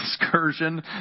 excursion